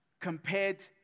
compared